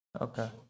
okay